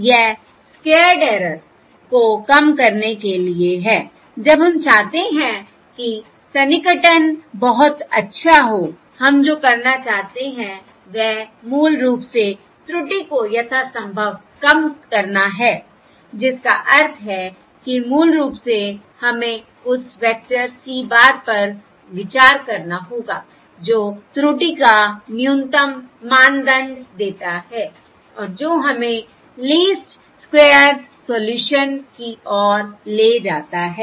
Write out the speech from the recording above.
यह squared error को कम करने के लिए है जब हम चाहते हैं कि सन्निकटन बहुत अच्छा हो हम जो करना चाहते हैं वह मूल रूप से त्रुटि को यथासंभव कम करना है जिसका अर्थ है कि मूल रूप से हमें उस वेक्टर C bar पर विचार करना होगा जो त्रुटि का न्यूनतम मानदंड देता है और जो हमें लीस्ट स्क्वेयर्स सोल्यूशन की ओर ले जाता है